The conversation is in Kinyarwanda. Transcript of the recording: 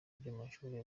by’amashuri